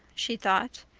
she thought.